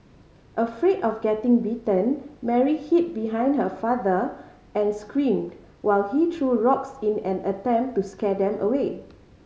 afraid of getting bitten Mary hid behind her father and screamed while he threw rocks in an attempt to scare them away